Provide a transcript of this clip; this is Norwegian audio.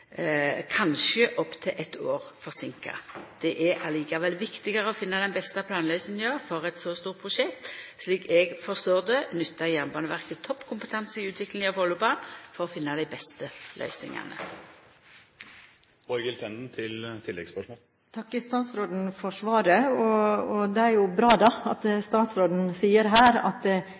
kanskje blir opp til eitt år forseinka. Det er likevel viktigare å finna den beste planløysinga for eit så stort prosjekt. Slik eg forstår det, nyttar Jernbaneverket topp kompetanse i utviklinga av Follobanen for å finna dei beste løysingane. Jeg takker statsråden for svaret. Det er bra at statsråden her sier at det